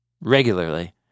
regularly